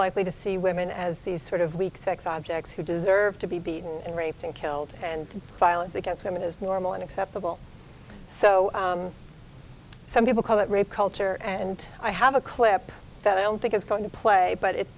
likely to see women as these sort of weak sex objects who deserve to be beaten and raped and killed and violence against women is normal and acceptable so some people call it rape culture and i have a clip that i don't think it's going to play but